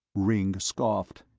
ringg scoffed,